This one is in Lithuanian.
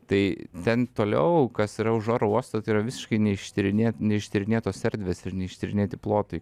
tai ten toliau kas yra už oro uosto tai yra visiškai neištyrinė neištyrinėtos erdvės ir neištyrinėti plotai